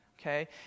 okay